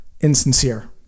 insincere